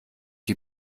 die